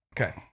Okay